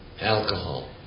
Alcohol